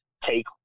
take